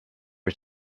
ich